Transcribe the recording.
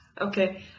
Okay